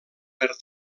per